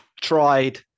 tried